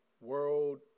world